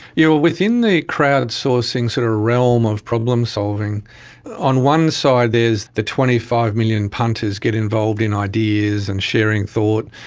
you know within the crowdsourcing sort of realm of problem-solving, on one side there is the twenty five million punters getting involved in ideas and sharing thought,